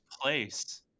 place